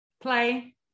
Play